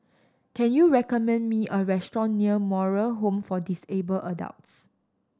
can you recommend me a restaurant near Moral Home for Disabled Adults